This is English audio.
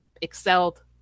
excelled